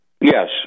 yes